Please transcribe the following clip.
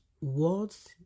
words